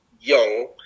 young